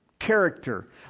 character